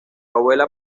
abuela